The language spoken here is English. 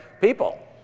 people